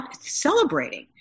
celebrating